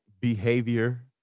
behavior